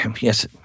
Yes